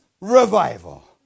Revival